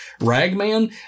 Ragman